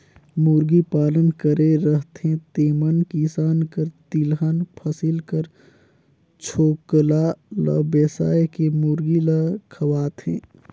मुरगी पालन करे रहथें तेमन किसान कर तिलहन फसिल कर छोकला ल बेसाए के मुरगी ल खवाथें